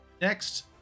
Next